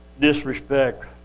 Disrespect